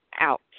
out